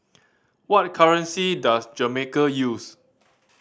what currency does Jamaica use